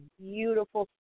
beautiful